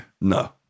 No